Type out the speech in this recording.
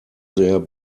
sehr